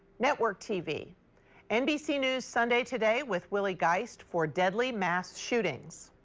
network tv nbc news sunday today with willie geist for deadly mass shootings.